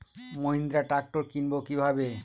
Mahindra tractor কিনবো কি ভাবে?